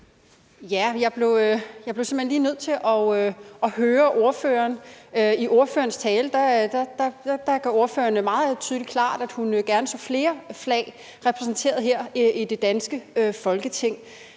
Jeg bliver simpelt hen nødt til at høre ordføreren om noget, for i ordførerens tale gør ordføreren det meget tydeligt og klart, at hun gerne så flere flag repræsenteret her i det danske Folketing.